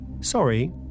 Sorry